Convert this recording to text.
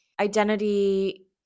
identity